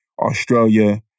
Australia